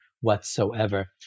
whatsoever